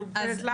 אני נותנת לך.